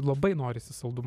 labai norisi saldumo